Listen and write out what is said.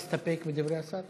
להסתפק בדברי השר?